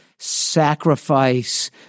sacrifice